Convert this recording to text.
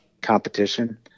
competition